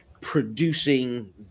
producing